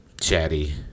chatty